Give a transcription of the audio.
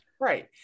Right